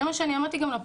זה גם מה שאמרתי לפרקליטה,